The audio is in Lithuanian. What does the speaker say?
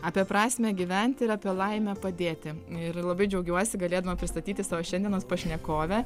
apie prasmę gyventi ir apie laimę padėti ir labai džiaugiuosi galėdama pristatyti savo šiandienos pašnekovę